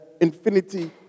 Infinity